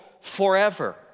forever